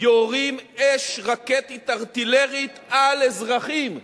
יורים אש רקטית-ארטילרית על אזרחים.